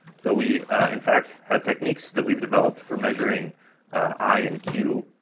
so we in fact have techniques that we've developed for measuring i and q.